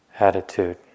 Attitude